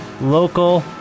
local